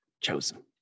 chosen